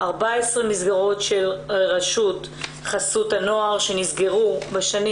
14 מסגרות של רשות חסות הנוער נסגרו בשנים